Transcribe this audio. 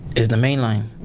is the mainline,